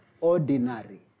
ordinary